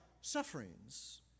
sufferings